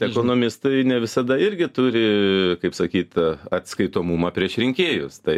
ekonomistai ne visada irgi turi kaip sakyt atskaitomumą prieš rinkėjus tai